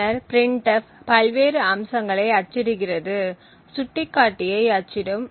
பின்னர் printf பல்வேறு அம்சங்களை அச்சிடுகிறது சுட்டிக்காட்டியை அச்சிடும்